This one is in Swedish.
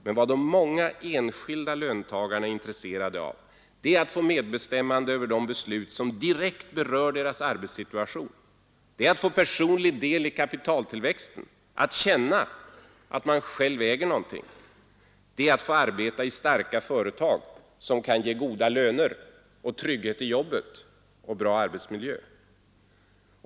Men vad de många enskilda löntagarna är intresserade av är att få medbestämmande över de beslut som direkt berör deras arbetssituation, det är att få personlig del i kapitaltillväxten, att känna att man själv äger någonting, det är att få arbeta i starka företag, som kan ge goda löner och trygghet i jobbet och bra arbetsmiljö.